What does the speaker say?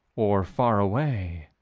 or far away,